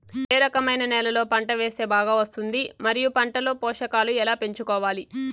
ఏ రకమైన నేలలో పంట వేస్తే బాగా వస్తుంది? మరియు పంట లో పోషకాలు ఎలా పెంచుకోవాలి?